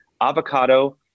avocado